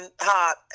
hot